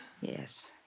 Yes